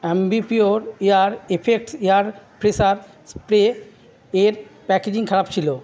Aamby Pur air effects air freshener spray এর packaging খারাপ ছিল